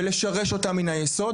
ולשרש אותה מן היסוד.